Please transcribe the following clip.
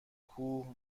کوه